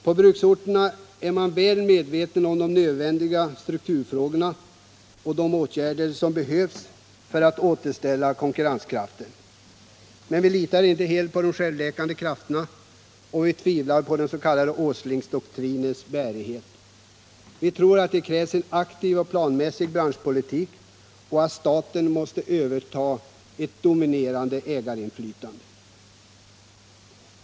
På bruksorterna är man väl medveten om de ofrånkomliga strukturfrågorna och de åtgärder som behöver vidtas för att återställa konkurrenskraften. Men vi litar inte helt på de ”självläkande krafterna”, och vi tvivlar på den s.k. Åslingdoktrinens bärighet. Vi tror att det krävs en aktiv och planmässig branschpolitik och att staten måste ta över ett dominerande ägarinflytande.